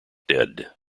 dead